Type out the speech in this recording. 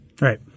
Right